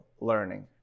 learning